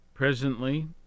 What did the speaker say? Presently